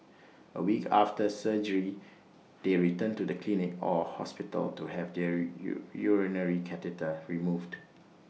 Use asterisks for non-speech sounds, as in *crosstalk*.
A week after surgery they return to the clinic or hospital to have their *unintelligible* urinary catheter removed